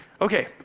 Okay